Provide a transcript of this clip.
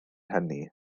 hynny